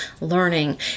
learning